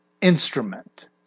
instrument